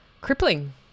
crippling